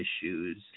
issues